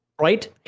Right